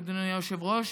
אדוני היושב-ראש,